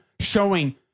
showing